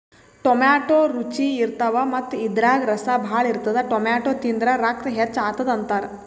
tomato ರುಚಿ ಇರ್ತವ್ ಮತ್ತ್ ಇದ್ರಾಗ್ ರಸ ಭಾಳ್ ಇರ್ತದ್ ಟೊಮ್ಯಾಟೋ ತಿಂದ್ರ್ ರಕ್ತ ಹೆಚ್ಚ್ ಆತದ್ ಅಂತಾರ್